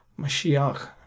Mashiach